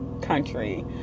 country